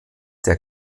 der